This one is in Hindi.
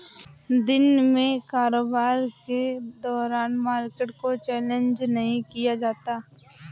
दिन में कारोबार के दौरान मार्केट को चैलेंज नहीं किया जाता